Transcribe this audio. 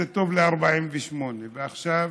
זה טוב ל-48', ועכשיו